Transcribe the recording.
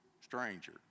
stranger